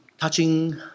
touching